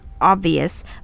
obvious